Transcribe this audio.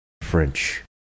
French